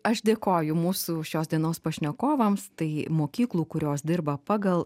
aš dėkoju mūsų šios dienos pašnekovams tai mokyklų kurios dirba pagal